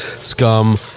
scum